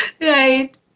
Right